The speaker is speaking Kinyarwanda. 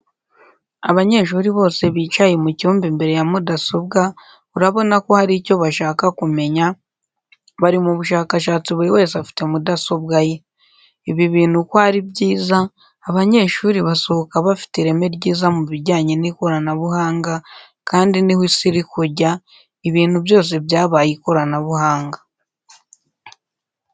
Abanyeshuri bose bicaye mu cyumba imbere ya mudasobwa urabona ko hari cyo bashaka kumenya, bari mu bushakashatsi buri wese afite mudasobwa ye. Ibi bintu ko ari byiza, abanyeshuri basohoka bafite ireme ryiza mubijyanye n'ikoranabuhanga kandi niho Isi irimo kujya, ibintu byose byabaye ikoranabuhanga.